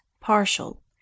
partial